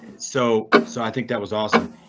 so, so i think that was awesome.